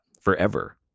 forever